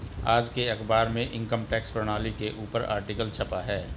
आज के अखबार में इनकम टैक्स प्रणाली के ऊपर आर्टिकल छपा है